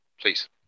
Please